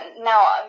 now